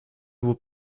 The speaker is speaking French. vos